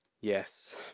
yes